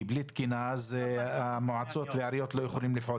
כי בלי תקינה המועצות והעיריות לא יכולות לפעול.